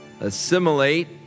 Assimilate